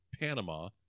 Panama